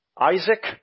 Isaac